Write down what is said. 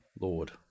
Lord